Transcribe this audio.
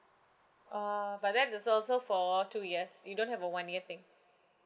err but that is also for two years you don't have a one year thing